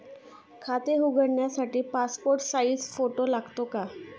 खाते उघडण्यासाठी passport size photo लागतो का?